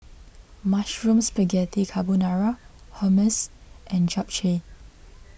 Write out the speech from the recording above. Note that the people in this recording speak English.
Mushroom Spaghetti Carbonara Hummus and Japchae